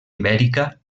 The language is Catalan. ibèrica